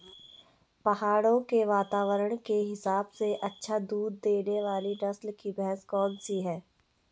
पहाड़ों के वातावरण के हिसाब से अच्छा दूध देने वाली नस्ल की भैंस कौन सी हैं?